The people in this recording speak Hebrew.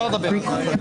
הישיבה ננעלה בשעה 11:00.